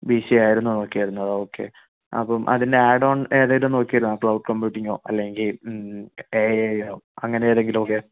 BCA ആയിരുന്നോ നോക്കിയിരുന്നത് ആ ഓക്കേ അപ്പം അതിൻ്റെ ആഡോൺ ഏതെങ്കിലും നോക്കിയിരുന്നോ ക്ലോക്ക് കമ്പ്യൂട്ടിങ്ങോ അല്ലെങ്കിൽ എഐഒ അങ്ങനെ ഏതെങ്കിലും